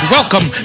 Welcome